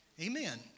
Amen